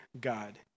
god